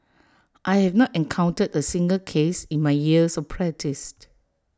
I have not encountered A single case in my years of practised